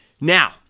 Now